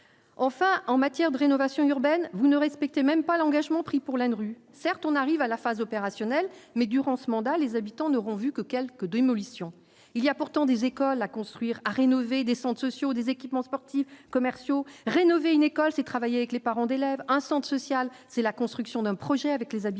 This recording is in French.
enfin, en matière de rénovation urbaine, vous ne respectez même pas l'engagement pris pour l'ANRU, certes, on arrive à la phase opérationnelle, mais durant ce mandat, les habitants n'auront vu que quelques démolitions, il y a pourtant des écoles à construire à rénover des Centres sociaux des équipements sportifs commerciaux rénover une école, c'est travailler avec les parents d'élèves, un sens social, c'est la construction d'un projet avec les habitants,